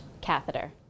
catheter